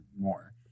more